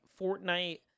Fortnite